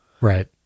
Right